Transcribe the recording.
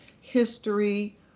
history